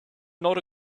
not